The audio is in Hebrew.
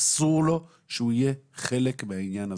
אסור לו שהוא יהיה חלק מהעניין הזה.